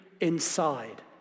inside